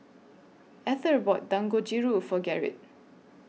Ether bought Dangojiru For Gerrit